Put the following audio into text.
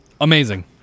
amazing